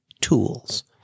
tools